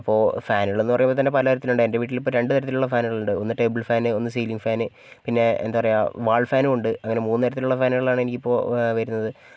അപ്പോൾ ഫാനുകളെന്ന് പറയുമ്പോൾ തന്നെ പല തരത്തിലുണ്ട് എന്റെ വീട്ടിലിപ്പോൾ രണ്ട് തരത്തിലുള്ള ഫാനുകളുണ്ട് ഒന്ന് ടേബിൾ ഫാൻ ഒന്ന് സീലിങ്ങ് ഫാൻ പിന്നെ എന്താണ് പറയുക വാൾ ഫാനും ഉണ്ട് മൂന്നു തരത്തിലുള്ള ഫാനുകളാണ് എനിക്ക് ഇപ്പോൾ വരുന്നത്